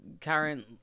current